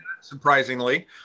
surprisingly